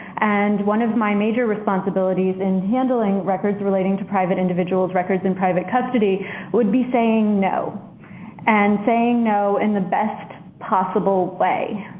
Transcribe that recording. and one of my major responsibilities in handling records relating to private individuals' records and private custody would be saying no and saying no in the best possible way,